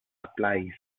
applies